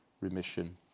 remission